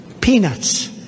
peanuts